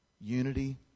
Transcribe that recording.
Unity